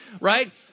right